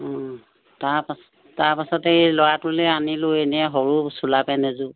অঁ তাৰপাছত তাৰপাছতে এই ল'ৰাটোলৈ আনিলোঁ এনেই সৰু চোলা পেন্ট এযোৰ